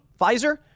Pfizer